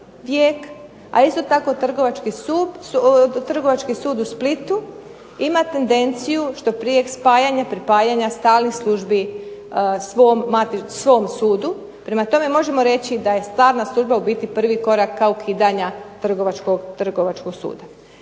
a isto tako Trgovački sud u Splitu ima tendenciju što prije spajanja, pripajanja stalnih službi svom sudu. Prema tome možemo reći da je stalna služba u biti prvi korak ka ukidanja Trgovačkog suda.